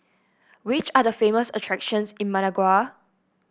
which are the famous attractions in Managua